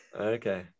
okay